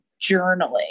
journaling